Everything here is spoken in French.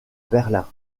berlin